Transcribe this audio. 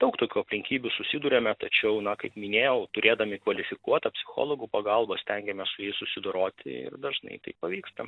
daug tokių aplinkybių susiduriame tačiau na kaip minėjau turėdami kvalifikuotą psichologų pagalbą stengiamės su jais susidoroti ir dažnai tai pavyksta